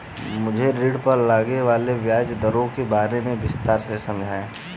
मुझे ऋण पर लगने वाली ब्याज दरों के बारे में विस्तार से समझाएं